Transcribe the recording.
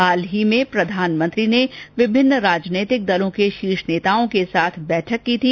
हाल ही में प्रधानमंत्री ने विभिन्न राजनीतिक दलों के शीर्ष नेताओं के साथ बैठक की थी